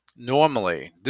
Normally